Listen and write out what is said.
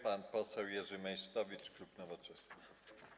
Pan poseł Jerzy Meysztowicz, klub Nowoczesna.